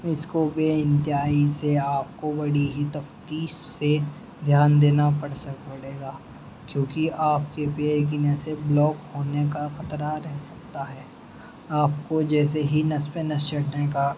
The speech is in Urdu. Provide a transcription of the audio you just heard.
اس کو بے انتہائی سے آپ کو بڑی ہی تفتیش سے دھیان دینا پڑ سک پڑے گا کیونکہ آپ کے پیر کی نسیں بلاک ہونے کا خطرہ رہ سکتا ہے آپ کو جیسے ہی نس پہ نس چڑھنے کا